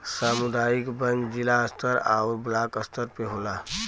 सामुदायिक बैंक जिला स्तर आउर ब्लाक स्तर पे होला